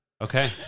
okay